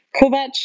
Kovac